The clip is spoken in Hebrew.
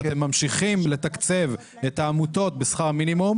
ואתם ממשיכים לתקצב את העמותות בשכר מינימום.